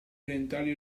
orientali